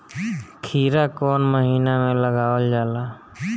खीरा कौन महीना में लगावल जाला?